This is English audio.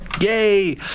Yay